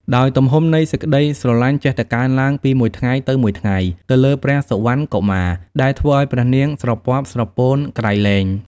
ដោយទំហំនៃសេចក្តីស្រឡាញ់ចេះតែកើនឡើងពីមួយថ្ងៃទៅមួយថ្ងៃទៅលើព្រះសុវណ្ណកុមារ ដែលធ្វើឱ្យព្រះនាងស្រពាប់ស្រពោនក្រៃលែង។